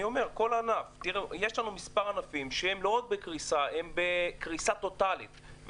יש לנו מספר ענפים שהם לא רק בקריסה אלא בקריסה טוטלית.